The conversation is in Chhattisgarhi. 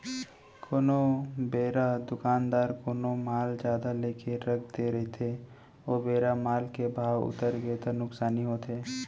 कोनो बेरा दुकानदार कोनो माल जादा लेके रख दे रहिथे ओ बेरा माल के भाव उतरगे ता नुकसानी होथे